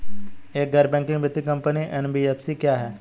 एक गैर बैंकिंग वित्तीय कंपनी एन.बी.एफ.सी क्या है?